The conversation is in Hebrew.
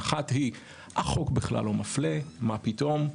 אחת היא החוק בכלל לא מפלה, מה פתאום.